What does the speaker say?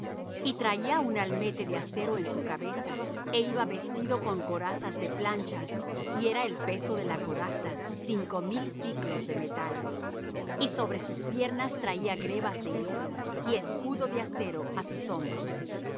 y traía un almete de acero en su cabeza é iba vestido con corazas de planchas y era el peso de la coraza cinco mil siclos de metal y sobre sus piernas traía grebas de hierro y escudo de acero á sus hombros